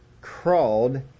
crawled